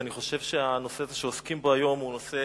ואני חושב שהנושא הזה שעוסקים בו היום הוא נושא